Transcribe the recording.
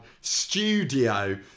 studio